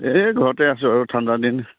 এই ঘৰতে আছোঁ আৰু ঠাণ্ডা দিন